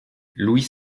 louis